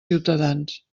ciutadans